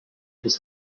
this